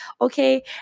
Okay